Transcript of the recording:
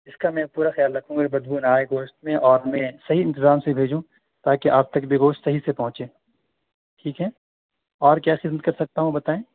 اس کا میں پورا خیال رکھوں گا کہ بدبو نہ آئے گوشت میں اور میں صحیح انتظام سے بھیجوں تاکہ آپ تک بھی گوشت صحیح سے پہنچے ٹھیک ہے اور کیا خدمت کر سکتا ہوں بتائیں